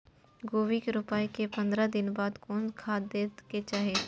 गोभी के रोपाई के पंद्रह दिन बाद कोन खाद दे के चाही?